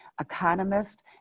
economist